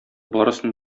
барысын